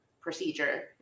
procedure